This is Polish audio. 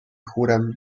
chórem